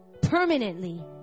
permanently